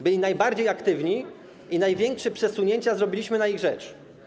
Byli najbardziej aktywni i największe przesunięcia zrobiliśmy na ich rzecz.